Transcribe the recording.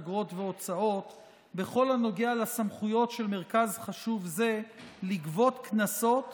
אגרות והוצאות בכל הנוגע לסמכויות של מרכז חשוב זה לגבות קנסות